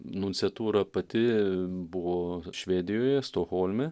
nunciatūra pati buvo švedijoje stokholme